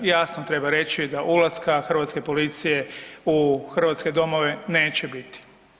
Jasno treba reći da ulaska hrvatske policije u hrvatske domove neće biti.